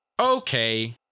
Okay